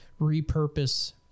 repurpose